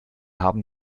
haben